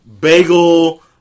Bagel